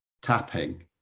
tapping